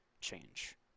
change